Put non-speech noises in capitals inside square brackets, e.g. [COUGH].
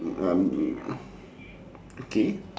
[NOISE] okay